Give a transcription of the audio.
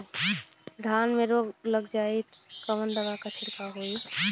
धान में रोग लग जाईत कवन दवा क छिड़काव होई?